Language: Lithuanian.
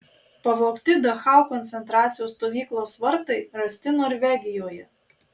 pavogti dachau koncentracijos stovyklos vartai rasti norvegijoje